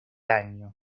año